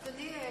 אדוני,